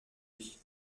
ich